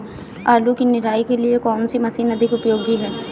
आलू की निराई के लिए कौन सी मशीन अधिक उपयोगी है?